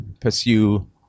pursue